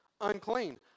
unclean